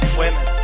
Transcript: women